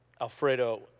Alfredo